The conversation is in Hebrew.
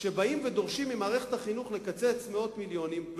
כשבאים ודורשים ממערכת החינוך לקצץ מאות מיליונים,